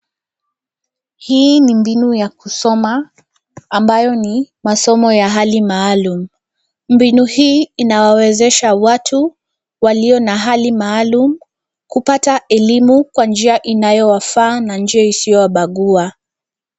Hii ni mbinu ya kusoma, ambayo ni masomo ya hali maalum. Mbinu hii inawawezesha watu walio na hali maalum, kupata elimu kwa njia inayowafaa na njia isiyowabagua.